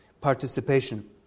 participation